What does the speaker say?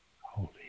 holy